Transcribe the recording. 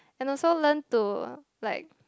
and also learn to like